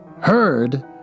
heard